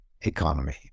economy